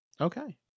Okay